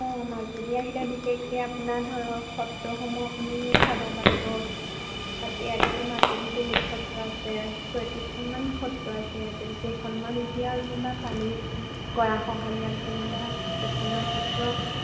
অঁ মাজুলী আহিলে বিশেষকে আপোনাৰ ধৰক সত্ৰসমূহ আপুনি চাব পাৰিব তাত ইয়াতেতো মাজুলী বহুত সত্ৰ আছে চয়ত্ৰিছখনমান সত্ৰ আছে ইয়াতে কেইখনমান এতিয়া যেনিবা পানীৰ গৰাখহনীয়াত যেনিবা কেইখনমান সত্ৰ